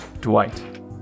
Dwight